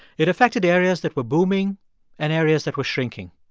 it affected areas that were booming and areas that were shrinking.